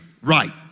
right